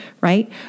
right